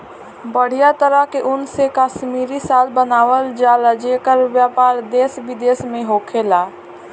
बढ़िया तरह के ऊन से कश्मीरी शाल बनावल जला जेकर व्यापार देश विदेश में होखेला